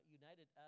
united